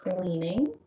cleaning